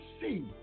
see